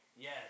yes